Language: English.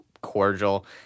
cordial